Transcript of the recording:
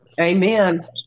Amen